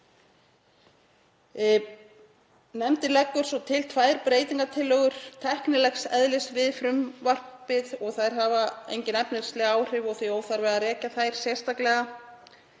Nefndin leggur til tvær breytingartillögur tæknilegs eðlis við frumvarpið og þær hafa engin efnisleg áhrif og því óþarfi að rekja þær sérstaklega